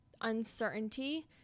uncertainty